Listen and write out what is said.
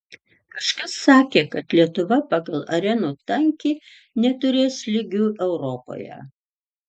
kažkas sakė kad lietuva pagal arenų tankį neturės lygių europoje